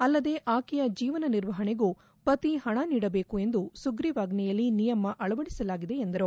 ಅಲ್ಲದೆ ಆಕೆಯ ಜೀವನ ನಿರ್ವಹಣೆಗೂ ಪತಿ ಹಣ ನೀಡಬೇಕು ಎಂದು ಸುಗ್ರಿವಾಜ್ವೆಯಲ್ಲಿ ನಿಯಮ ಅಳವಡಿಸಲಾಗಿದೆ ಎಂದರು